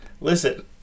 Listen